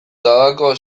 tabako